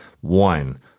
One